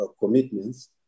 commitments